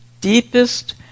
deepest